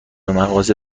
مغازه